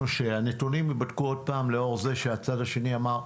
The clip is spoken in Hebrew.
שהנתונים ייבדקו עוד פעם, לאור כך שהצד השני אמר: